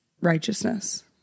righteousness